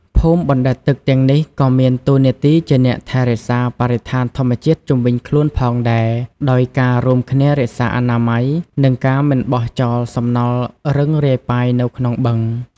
ភូមិបណ្ដែតទឹកទាំងនេះក៏មានតួនាទីជាអ្នកថែរក្សាបរិស្ថានធម្មជាតិជុំវិញខ្លួនផងដែរ ដោយការរួមគ្នារក្សាអនាម័យ និងការមិនបោះចោលសំណល់រឹងរាយប៉ាយនៅក្នុងបឹង។